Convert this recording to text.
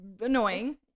annoying